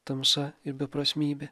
tamsa ir beprasmybė